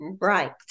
right